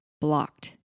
blocked